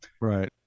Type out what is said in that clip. Right